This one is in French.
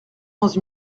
onze